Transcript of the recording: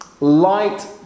Light